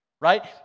Right